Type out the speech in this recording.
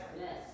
Yes